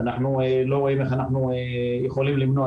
אנחנו לא רואים איך אנחנו יכולים למנוע